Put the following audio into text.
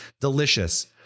delicious